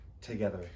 together